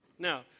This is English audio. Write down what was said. Now